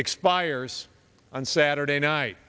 expires on saturday night